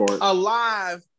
Alive